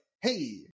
hey